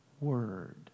word